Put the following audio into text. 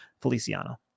Feliciano